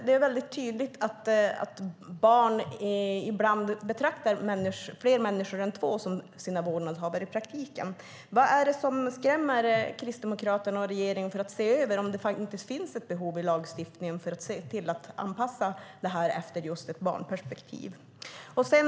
Det är väldigt tydligt att barn ibland i praktiken betraktar fler än två människor som sina vårdnadshavare. Vad är det då som skrämmer Kristdemokraterna och regeringen från att se över om det faktiskt finns ett behov i lagstiftningen av att anpassa det här efter just ett barnperspektiv?